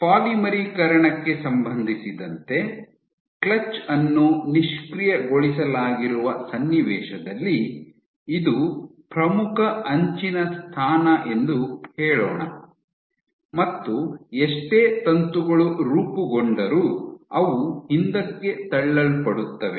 ಪಾಲಿಮರೀಕರಣಕ್ಕೆ ಸಂಬಂಧಿಸಿದಂತೆ ಕ್ಲಚ್ ಅನ್ನು ನಿಷ್ಕ್ರಿಯಗೊಳಿಸಲಾಗಿರುವ ಸನ್ನಿವೇಶದಲ್ಲಿ ಇದು ಪ್ರಮುಖ ಅಂಚಿನ ಸ್ಥಾನ ಎಂದು ಹೇಳೋಣ ಮತ್ತು ಎಷ್ಟೇ ತಂತುಗಳು ರೂಪುಗೊಂಡರೂ ಅವು ಹಿಂದಕ್ಕೆ ತಳ್ಳಲ್ಪಡುತ್ತವೆ